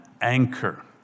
anchor